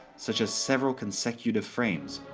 such as several consecutive frames,